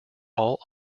all